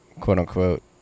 quote-unquote